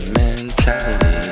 mentality